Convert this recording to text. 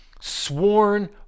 sworn